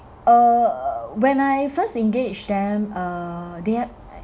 uh when I first engaged them uh they had